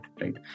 right